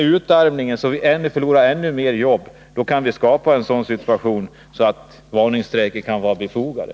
Om utarmningen fortsätter och vi förlorar ännu fler jobb, kan det skapas en sådan situation att varningsstrejker kan vara befogade.